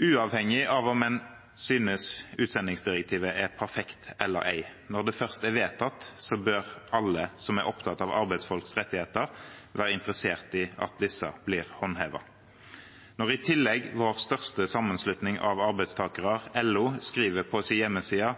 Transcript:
Uavhengig av om en synes utsendingsdirektivet er perfekt eller ikke; når det først er vedtatt, bør alle som er opptatt av arbeidsfolks rettigheter, være interessert i at disse blir håndhevet. Når i tillegg vår største sammenslutning av arbeidstakere, LO, skriver på sin hjemmeside